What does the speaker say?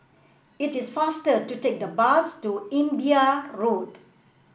it is faster to take the bus to Imbiah Road